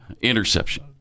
interception